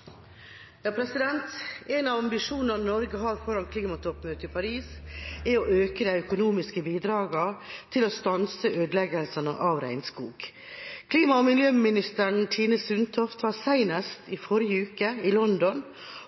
å øke de økonomiske bidragene til å stanse ødeleggelsene av regnskog. Klima- og miljøminister Tine Sundtoft var senest i forrige uke i London